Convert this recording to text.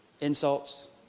insults